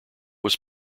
was